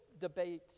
debate